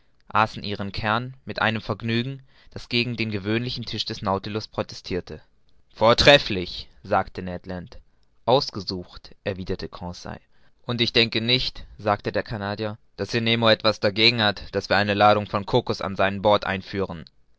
aßen ihren kern mit einem vergnügen das gegen den gewöhnlichen tisch des nautilus protestirte vortrefflich sagte ned land ausgesucht erwiderte conseil und ich denke nicht sagte der canadier daß ihr nemo etwas dagegen hat daß wir eine ladung von cocos an seinen bord einführen